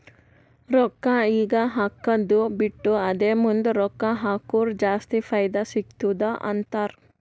ರೊಕ್ಕಾ ಈಗ ಹಾಕ್ಕದು ಬಿಟ್ಟು ಅದೇ ಮುಂದ್ ರೊಕ್ಕಾ ಹಕುರ್ ಜಾಸ್ತಿ ಫೈದಾ ಸಿಗತ್ತುದ ಅಂತಾರ್